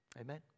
Amen